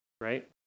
right